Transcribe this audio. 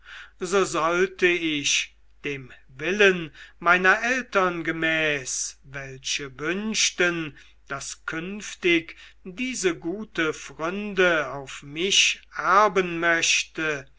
so sollte ich dem willen meiner eltern gemäß welche wünschten daß künftig diese gute pfründe auf mich erben möchte